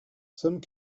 some